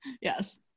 yes